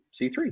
C3